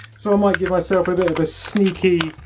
so i might give myself a bit of a sneaky